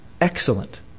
excellent